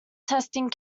testing